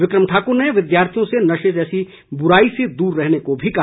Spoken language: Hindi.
विकम ठाकुर ने विद्यार्थियों से नशे जैसी बुराई से दूर रहने को भी कहा